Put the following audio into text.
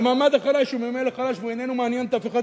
והמעמד החלש הוא ממילא חלש והוא איננו מעניין את אף אחד,